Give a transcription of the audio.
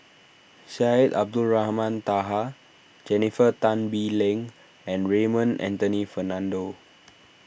Syed Abdulrahman Taha Jennifer Tan Bee Leng and Raymond Anthony Fernando